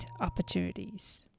opportunities